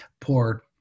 poor